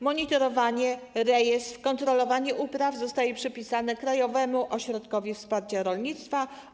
Monitorowanie, rejestr i kontrolowanie upraw zostają przypisane Krajowemu Ośrodkowi Wsparcia Rolnictwa.